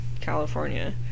California